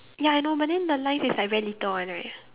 ya I know but then the lines is like very little one right